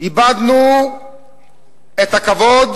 איבדנו את הכבוד.